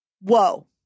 whoa